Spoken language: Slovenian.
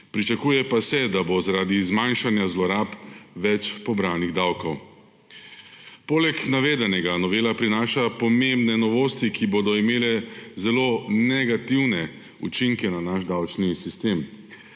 pričakuje pa se, da bo zaradi zmanjšanja zlorab več pobranih davkov. Poleg navedenega novela prinaša pomembne novosti, ki bodo imele zelo negativne učinke na naš davčni sistem.